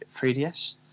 3ds